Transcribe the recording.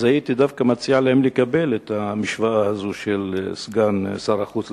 אז הייתי דווקא מציע להם לקבל את המשוואה הזאת של סגן שר החוץ.